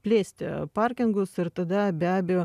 plėsti parkingus ir tada be abejo